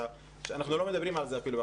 אנחנו לא מדברים על זה אפילו,